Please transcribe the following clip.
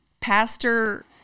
pastor